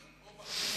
אורבך,